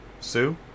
Sue